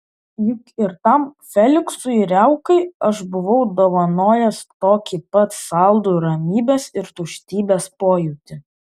juk ir tam feliksui riaukai aš buvau dovanojęs tokį pat saldų ramybės ir tuštybės pojūtį